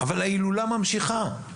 אבל ההילולה ממשיכה.